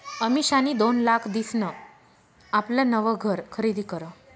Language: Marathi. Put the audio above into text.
अमिषानी दोन लाख दिसन आपलं नवं घर खरीदी करं